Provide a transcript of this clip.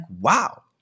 wow